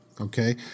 okay